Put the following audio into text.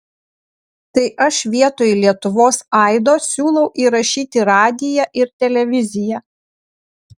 tai aš vietoj lietuvos aido siūlau įrašyti radiją ir televiziją